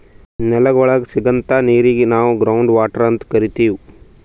ನೆಲದ್ ಒಳಗ್ ಸಿಗಂಥಾ ನೀರಿಗ್ ನಾವ್ ಗ್ರೌಂಡ್ ವಾಟರ್ ಅಂತ್ ಕರಿತೀವ್